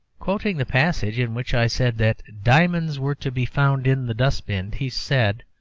quoting the passage in which i said that diamonds were to be found in the dust-bin he said